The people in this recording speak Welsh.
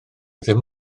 ddim